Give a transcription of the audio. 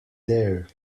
there